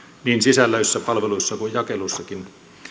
niin sisällöissä palveluissa kuin jakeluissakin